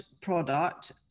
product